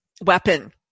weapon